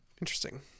Interesting